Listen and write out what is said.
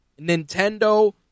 Nintendo